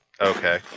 Okay